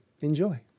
enjoy